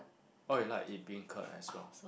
orh you like eat beancurd as well